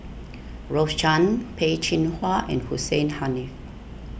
Rose Chan Peh Chin Hua and Hussein Haniff